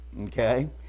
Okay